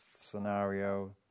scenario